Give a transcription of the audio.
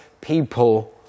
people